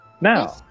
Now